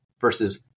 versus